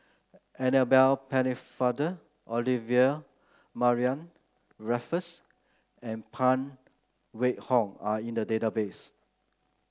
Annabel Pennefather Olivia Mariamne Raffles and Phan Wait Hong are in the database